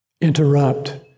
interrupt